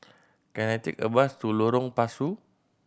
can I take a bus to Lorong Pasu